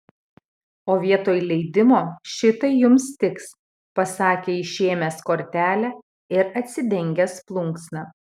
o vietoj leidimo šitai jums tiks pasakė išėmęs kortelę ir atsidengęs plunksną